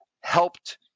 helped